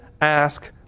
ask